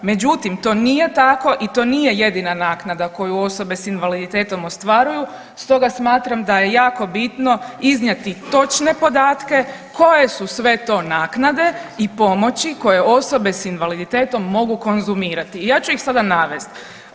Međutim, to nije tako i to nije jedina naknada koju osobe s invaliditetom ostvaruju stoga smatram da je jako bitno iznijeti točne podatke koje su sve to naknade i pomoći koje osobe s invaliditetom mogu konzumirati i ja ću ih sada navest.